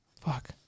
Fuck